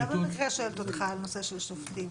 אני לא במקרה שואלת אותך על נושא של שופטים.